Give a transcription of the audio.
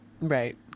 Right